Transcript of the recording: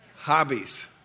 Hobbies